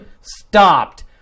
stopped